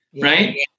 right